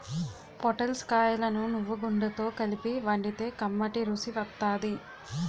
పొటల్స్ కాయలను నువ్వుగుండతో కలిపి వండితే కమ్మటి రుసి వత్తాది